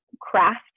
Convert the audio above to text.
craft